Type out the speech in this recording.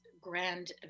grand